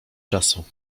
czasu